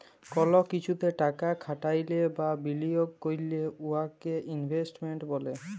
call কিছুতে টাকা খাটাইলে বা বিলিয়গ ক্যইরলে উয়াকে ইলভেস্টমেল্ট ব্যলে